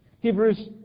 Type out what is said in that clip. Hebrews